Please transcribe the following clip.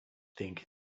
think